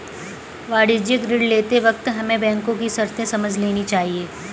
वाणिज्यिक ऋण लेते वक्त हमें बैंको की शर्तें समझ लेनी चाहिए